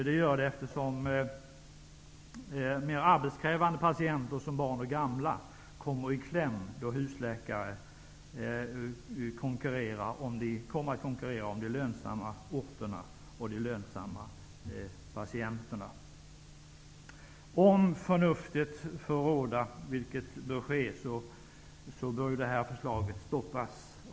Mer arbetskrävande patienter, som barn och gamla, kommer i kläm då husläkarna skall konkurrera om de lönsamma orterna och patienterna. Om förnuftet får råda måste förslaget stoppas.